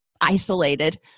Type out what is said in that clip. isolated